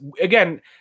again